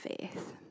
faith